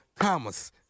Thomas